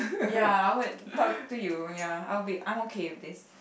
ya I would talk to you ya I would be I'm okay with this